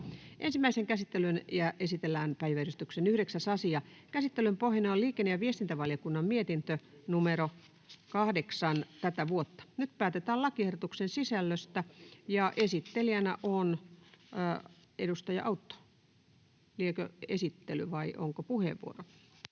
Ensimmäiseen käsittelyyn esitellään päiväjärjestyksen 9. asia. Käsittelyn pohjana on liikenne- ja viestintävaliokunnan mietintö LiVM 8/2023 vp. Nyt päätetään lakiehdotuksen sisällöstä. Esittelijänä on edustaja Autto. — Liekö esittely, vai onko puheenvuoro?